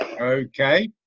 Okay